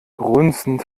grunzend